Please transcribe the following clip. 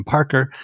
Parker